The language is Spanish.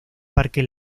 parque